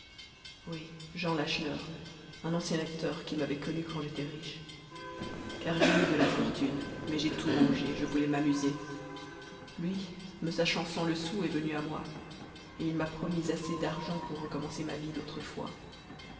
oui jean lacheneur un ancien acteur qui m'avait connu quand j'étais riche car j'ai eu de la fortune mais j'ai tout mangé je voulais m'amuser lui me sachant sans le sou est venu à moi et il m'a promis assez d'argent pour recommencer ma vie d'autrefois